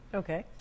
okay